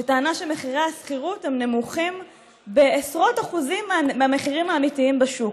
שטענה שמחירי השכירות הם נמוכים בעשרות אחוזים מהמחירים האמיתיים בשוק.